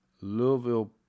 Louisville